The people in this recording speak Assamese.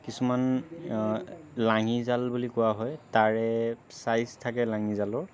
কিছুমান লাঙি জাল বুলি কোৱা হয় তাৰে চাইজ থাকে লাঙি জালৰ